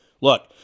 Look